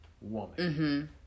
woman